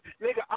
nigga